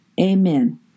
Amen